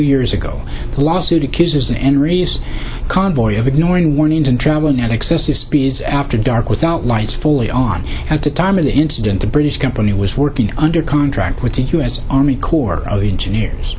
years ago the lawsuit accuses the end rees convoy of ignoring warnings and travel not excessive speeds after dark without lights fully on at the time of the incident a british company was working under contract with the us army corps of engineers